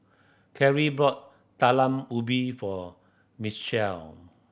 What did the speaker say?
Cari bought Talam Ubi for Mitchel